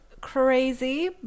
crazy